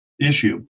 issue